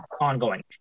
ongoing